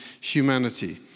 humanity